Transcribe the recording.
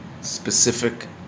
specific